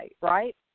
right